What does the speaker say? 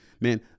man